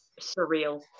surreal